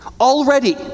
already